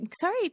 sorry